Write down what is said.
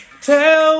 tell